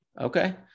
Okay